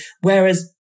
whereas